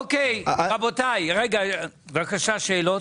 אוקי רבותי, בבקשה שאלות.